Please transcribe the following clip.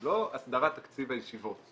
זה לא הסדרת תקציב הישיבות,